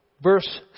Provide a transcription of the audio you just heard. Verse